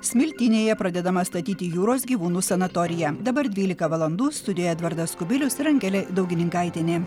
smiltynėje pradedama statyti jūros gyvūnų sanatorija dabar dvylika valandų studijoje edvardas kubilius ir angelė daugininkaitienė